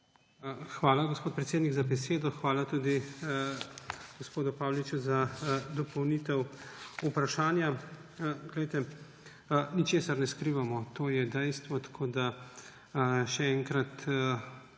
Hvala, gospod predsednik, za besedo. Hvala tudi gospodu Pavliču za dopolnitev vprašanja. Poglejte, ničesar ne skrivamo. To je dejstvo, tako da, še enkrat,